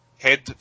Head